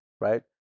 right